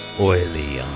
Oily